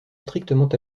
strictement